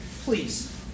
Please